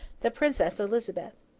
the princess elizabeth.